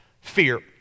fear